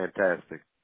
fantastic